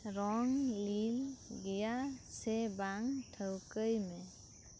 ᱨᱚᱝ ᱞᱤᱞᱤ ᱜᱮᱭᱟ ᱥᱮ ᱵᱟᱝ ᱴᱷᱟᱹᱣᱠᱟᱹᱭ ᱢᱮ